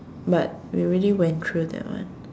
but we already went through that one